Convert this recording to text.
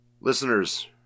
Listeners